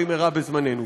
במהרה בזמננו.